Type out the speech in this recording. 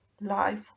life